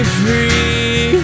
free